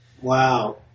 Wow